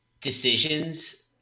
decisions